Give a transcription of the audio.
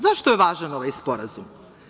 Zašto je važan ovaj Sporazum?